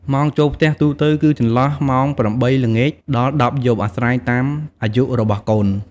ម៉ោងចូលផ្ទះទូទៅគឺចន្លោះម៉ោង ៨ ល្ងាច ដល់ ១០ យប់ អាស្រ័យតាមអាយុរបស់កូន។